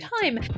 time